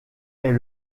est